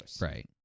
right